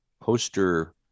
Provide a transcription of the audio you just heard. poster